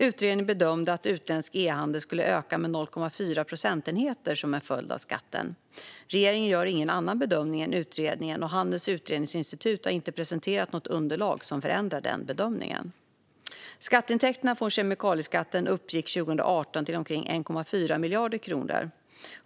Utredningen bedömde att utländsk ehandel skulle öka med 0,4 procentenheter som en följd av skatten. Regeringen gör ingen annan bedömning än utredningen, och Handelns Utredningsinstitut har inte presenterat något underlag som förändrar den bedömningen. Skatteintäkterna från kemikalieskatten uppgick 2018 till omkring 1,4 miljarder kronor.